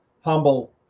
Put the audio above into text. Humble